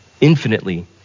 Infinitely